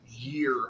year